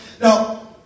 Now